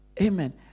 Amen